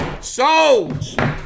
sold